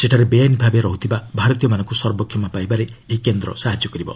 ସେଠାରେ ବେଆଇନ ରହୁଥିବା ଭାରତୀୟମାନଙ୍କୁ ସର୍ବକ୍ଷମା ପାଇବାରେ ଏହି କେନ୍ଦ୍ର ସାହାଯ୍ୟ କରିବ